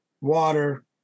water